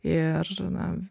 ir na